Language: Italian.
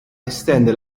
estende